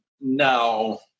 No